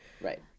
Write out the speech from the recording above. Right